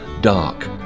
dark